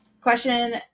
Question